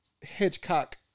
Hitchcock